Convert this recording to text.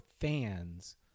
fans